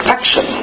Action